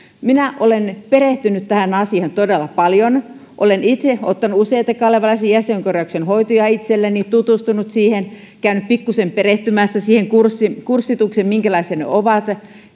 minä olen perehtynyt tähän asiaan todella paljon olen itse ottanut useita kalevalaisen jäsenkorjauksen hoitoja itselleni tutustunut siihen käynyt pikkuisen perehtymässä kurssitukseen kurssitukseen minkälaisia ne ovat